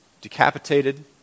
decapitated